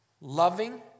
Loving